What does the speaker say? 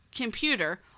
computer